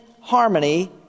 harmony